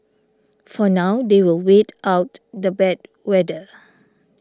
for now they will wait out the bad weather